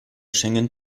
schengen